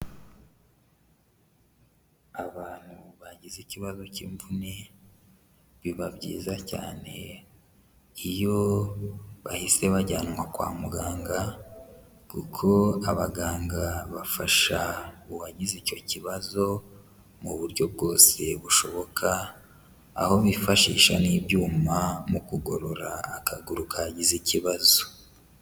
Abantu bagize ikibazo cy'imvune, biba byiza cyane iyo bahise bajyanwa kwa muganga kuko abaganga bafasha uwagize icyo kibazo mu buryo bwose bushoboka, aho bifashisha n'ibyuma mu kugorora akaguru kagize ikibazo.